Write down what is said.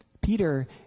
Peter